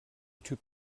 typ